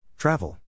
Travel